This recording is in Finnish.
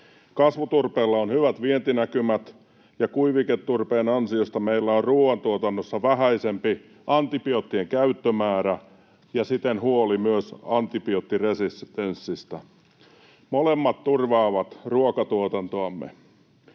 Kasvuturpeella on hyvät vientinäkymät, ja kuiviketurpeen ansiosta meillä on ruoantuotannossa vähäisempi antibioottien käyttömäärä ja siten myös huoli antibioottiresistenssistä. Molemmat turvaavat ruoantuotantoamme.